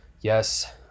yes